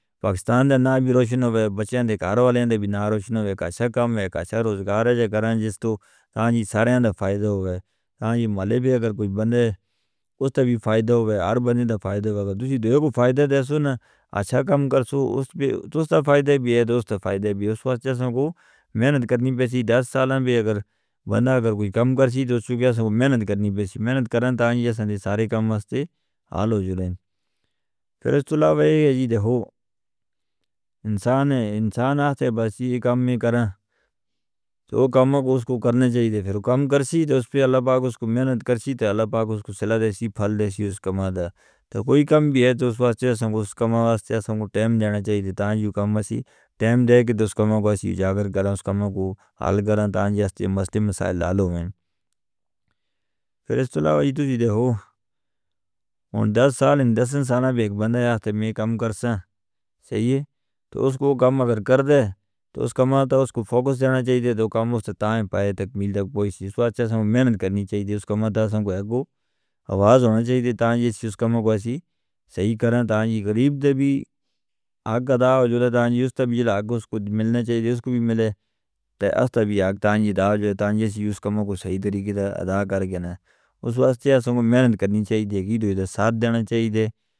پاکستان دے نا بھی روشنی ہووے بچوں دے کاروباریاں دے بھی نا روشنی ہووے کہ اچھا کام ہے اچھا روزگار ہے جے گران جستو تاں جی سارے اندر فائدہ ہووے تاں جی ملک بھی اگر کوئی بندے اس تاں بھی فائدہ ہووے ہر بندے دا فائدہ ہووے۔ دوستی دیو کوئی فائدہ دے سونا اچھا کام کرسو اس تاں فائدہ بھی ہے دوسرا فائدہ بھی اس واسطے سنکو محنت کرنی پیسی دس سالاں بھی اگر بندہ اگر کوئی کم کرسی تو اس بھی محنت کرنی پیسی محنت کرنی تاں جی سارے کم واسطے حال ہو جلن۔ پھر اس تو علاوہ بھئی یہ جی دے ہو انسان ہے انسان آتے بسی کم ہی کرن سو کموں کو اس کو کرنے چاہی دے۔ پھر کم کرسی تو اس پہ اللہ پاک اس کو محنت کرسی تو اللہ پاک اس کو صلح دے سی فل دے سی۔ اس کا مادہ تو کوئی کم بھی ہے تو اس واسطے سنکو اس کم واسطے سنکو ٹائم جانا چاہی دے تاں جی کم واسطے ٹائم دے کے اس کموں کو حال کرن۔ تاں جی واستے مسئلے لالوں ہیں پھر اس تو علاوہ یہ تو جی دے ہو ان دس سال ان دس انسانہ بھی ایک بندہ آتے وی کم کرساں صحیح تو اس کو کم اگر کر دے تو اس کا مطلب ہے اس کو فوکس جانا چاہی دے۔ تو کم اس تاں ایم پائے تکمیل تک پہنچے اس واسطے سنکو محنت کرنی چاہی دے اس کا مطلب ہے سنکو ایک کو آواز ہونی چاہی دے تاں جی اس کم کو صحیح کرن۔ تاں جی غریب دے بھی آگ گدھا ہو جودا تاں جی اس تاں بھی آگ کو ملنا چاہی دے اس کو بھی ملے تے اس تاں بھی آگ تاں جی داو جاں تاں جی اس کم کو صحیح طریقے دا ادا کر گینا اس واسطے سنکو محنت کرنی چاہی دے گی تو یہ دا ساتھ دینا چاہی دے.